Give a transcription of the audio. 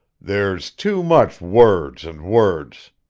there's too much words and words.